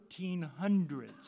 1300s